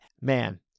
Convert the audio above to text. man